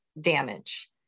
damage